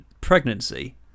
Pregnancy